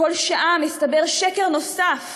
כשבכל שעה מסתבר שקר נוסף